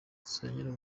dusenyera